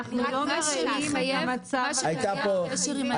אנחנו לא מרעים את המצב הקיים.